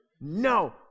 No